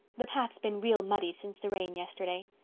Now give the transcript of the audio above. the path's been real muddy since the rain yesterday.